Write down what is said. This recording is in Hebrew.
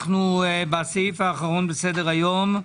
על סדר-היום: